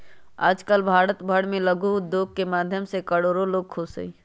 आजकल भारत भर में लघु उद्योग के माध्यम से करोडो लोग खुश हई